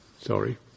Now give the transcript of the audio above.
sorry